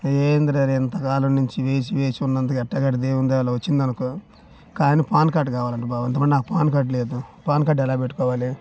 ఏందిరా రే ఇంత కాలం నుంచి వేచి వేచి ఉన్నందుకు ఎలాగోలా దేవుని దయ వల్ల వచ్చింది అనుకో కానీ పాన్ కార్డ్ కావాలి అంట బావ ఎందుకంటే నాకు పాన్ కార్డ్ లేదు పాన్ కార్డ్ ఎలా పెట్టుకోవాలి